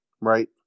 Right